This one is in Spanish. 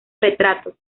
retratos